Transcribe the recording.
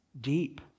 deep